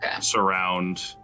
surround